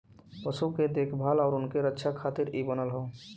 पशु के देखभाल आउर उनके रक्षा खातिर इ बनल हौ